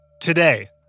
Today